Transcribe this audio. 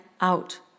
out